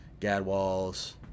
gadwalls